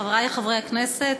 חברי חברי הכנסת,